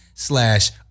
Slash